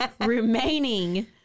remaining